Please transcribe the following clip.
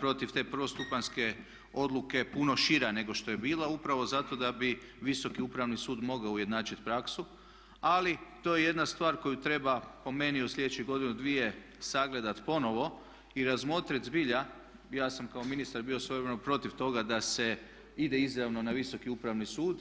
protiv te prvostupanjske odluke puno šira nego što je bila upravo zato da bi Visoki upravni sud mogao ujednačit praksu ali to je jedna stvar koju treba po meni u slijedećih godinu dvije sagledat ponovno i razmotrit zbilja, ja sam kao ministar bio svojevremeno protiv toga da se ide izravno na Visoki upravni sud.